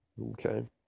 okay